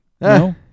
No